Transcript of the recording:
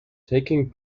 taking